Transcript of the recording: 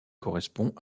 correspond